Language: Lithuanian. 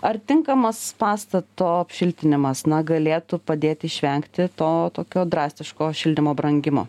ar tinkamas pastato apšiltinimas na galėtų padėti išvengti to tokio drastiško šildymo brangimo